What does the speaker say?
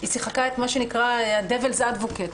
שיחקה את מה שנקרא A devil's advocate,